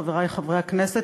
חברי חברי הכנסת,